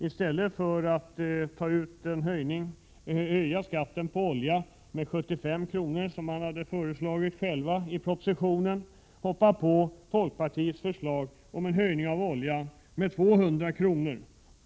I stället för att höja skatten på olja med 75 kr., som regeringen hade föreslagit i propositionen, anslöt sig socialdemokraterna till folkpartiets förslag om en höjning av oljeskatten med 200 kr.